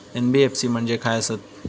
NBFC म्हणजे खाय आसत?